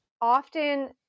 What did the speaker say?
often